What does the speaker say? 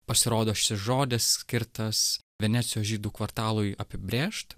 pasirodo šis žodis skirtas venecijos žydų kvartalui apibrėžt